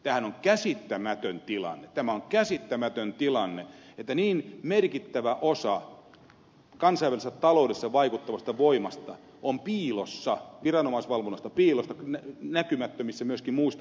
tämähän on käsittämätön tilanne tämä on käsittämätön tilanne että niin merkittävä osa kansainvälisessä taloudessa vaikuttavasta voimasta on piilossa viranomaisvalvonnasta piilossa näkymättömissä myöskin muusta yhteiskunnallisesta seurannasta